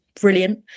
brilliant